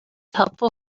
helpful